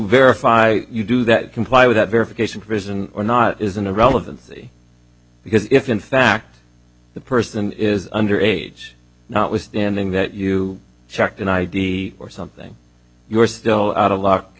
verify you do that comply with that verification prison or not is an irrelevancy because if in fact the person is under age notwithstanding that you checked an id or something you're still out a lock